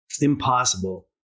impossible